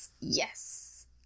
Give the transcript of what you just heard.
Yes